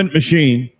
machine